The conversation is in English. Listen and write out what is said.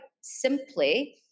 simply